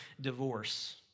divorce